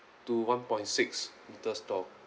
to one point six meters tall